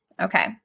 Okay